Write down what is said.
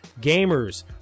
gamers